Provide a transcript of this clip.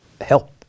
help